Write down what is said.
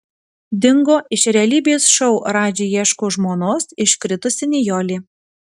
dingo iš realybės šou radži ieško žmonos iškritusi nijolė